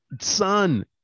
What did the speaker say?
son